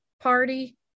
Party